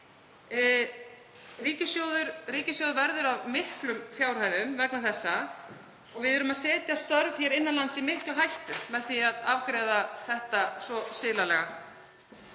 Ríkissjóður verður af miklum fjárhæðum vegna þessa og við erum að setja störf hér innan lands í mikla hættu með því að afgreiða þetta svo silalega.